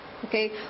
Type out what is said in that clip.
Okay